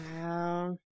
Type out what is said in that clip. Wow